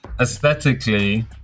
aesthetically